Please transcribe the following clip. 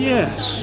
Yes